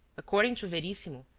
according to verissimo,